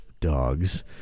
dogs